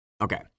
Okay